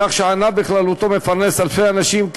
כך שהענף בכללותו מפרנס אלפי אנשים.